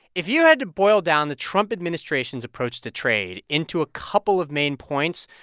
if you had to boil down the trump administration's approach to trade into a couple of main points,